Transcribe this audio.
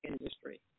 industry